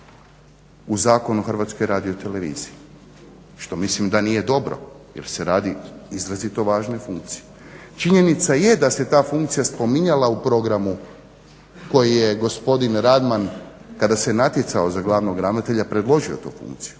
u Zakonu o HRT-u, što mislim da nije dobro jer se radi o izrazito važnoj funkciji. Činjenica je da se ta funkcija spominjala u programu koji je gospodin Radman kada se natjecao za glavnog ravnatelja predložio tu funkciju